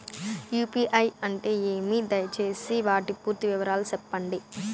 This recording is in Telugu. యు.పి.ఐ అంటే ఏమి? దయసేసి వాటి పూర్తి వివరాలు సెప్పండి?